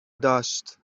داشت